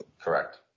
Correct